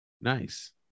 Nice